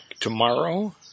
tomorrow